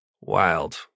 Wild